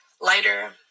lighter